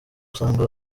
usanga